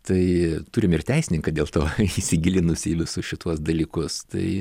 tai turim ir teisininką dėl to įsigilinusį į visus šituos dalykus tai